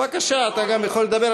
בבקשה, גם אתה יכול לדבר.